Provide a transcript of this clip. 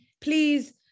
please